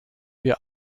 wir